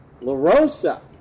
LaRosa